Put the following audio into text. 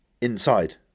inside